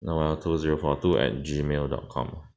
noel two zero four two at G mail dot com